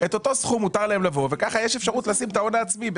את אותו סכום מותר להם לבוא וכך יש אפשרות לשים את ההון העצמי.